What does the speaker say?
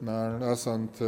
na esant